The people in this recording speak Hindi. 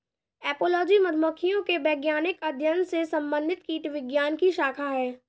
एपोलॉजी मधुमक्खियों के वैज्ञानिक अध्ययन से संबंधित कीटविज्ञान की शाखा है